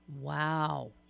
Wow